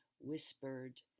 whispered